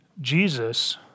Jesus